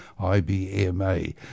IBMA